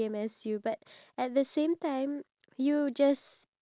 I don't have one specific thing